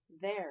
There